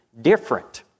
different